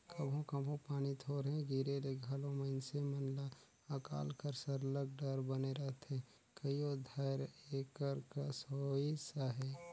कभों कभों पानी थोरहें गिरे ले घलो मइनसे मन ल अकाल कर सरलग डर बने रहथे कइयो धाएर एकर कस होइस अहे